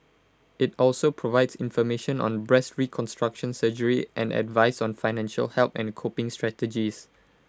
IT also provides information on breast reconstruction surgery and advice on financial help and coping strategies